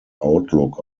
outlook